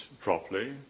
properly